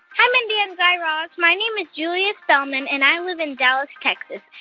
hi, mindy and guy raz. my name is julia spelman, and i live in dallas, texas.